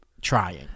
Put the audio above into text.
trying